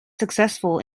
successful